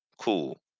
cool